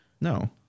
No